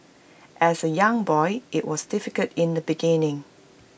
as A young boy IT was difficult in the beginning